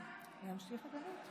להמשיך, אדוני?